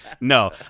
No